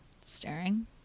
Staring